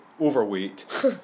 overweight